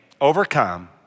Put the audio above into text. overcome